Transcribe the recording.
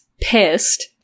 pissed